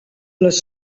les